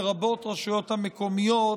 לרבות הרשויות המקומיות,